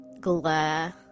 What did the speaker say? glare